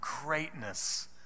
greatness